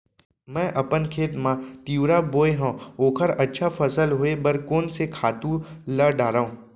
मैं अपन खेत मा तिंवरा बोये हव ओखर अच्छा फसल होये बर कोन से खातू ला डारव?